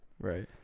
right